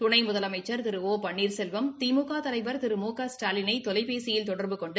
துணை முதலமைச்சர் திரு ஓ பன்னீர்செல்வம் திமுக தலைவர் திரு மு க ஸ்டாலினை தொலைபேசியில் தொடர்பு கொண்டு